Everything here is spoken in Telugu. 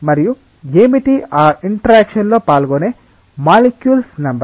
మరియు ఏమిటి ఆ ఇంటర్ఆక్షన్ లో పాల్గొనే మాలిక్యుల్స్ నెంబర్